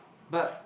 but